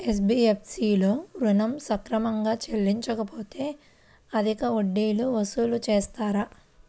NBFC లలో ఋణం సక్రమంగా చెల్లించలేకపోతె అధిక వడ్డీలు వసూలు చేస్తారా?